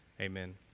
amen